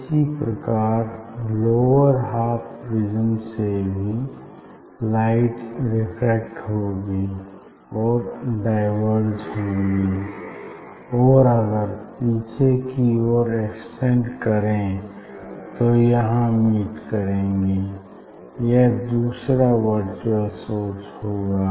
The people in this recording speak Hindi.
इसी प्रकार लोअर हाफ प्रिज्म से भी लाइट रिफ्रेक्ट होगी और डाईवर्ज होंगी और अगर पीछे की ओर एक्सटेंड करे तो यहाँ मीट करेंगी यह दूसरा वर्चुअल सोर्स होगा